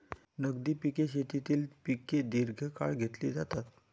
नगदी पिके शेतीतील पिके दीर्घकाळ घेतली जातात